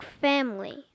family